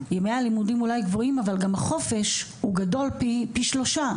ימי הלימודים אולי גבוהים אבל גם החופש הוא גדול פי שלושה,